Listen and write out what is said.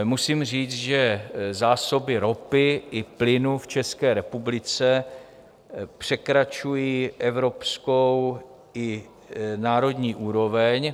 Musím říct, že zásoby ropy i plynu v České republice překračují evropskou i národní úroveň.